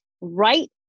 right